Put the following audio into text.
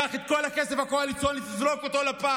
קח את כל הכסף הקואליציוני, תזרוק אותו לפח.